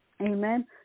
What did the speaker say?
Amen